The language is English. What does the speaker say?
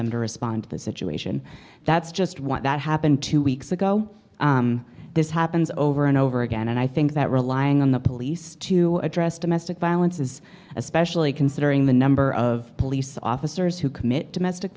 them to respond to the situation that's just what that happened two weeks ago this happens over and over again and i think that relying on the police to address domestic violence is especially considering the number of police officers who commit domestic